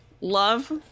Love